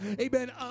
amen